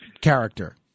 character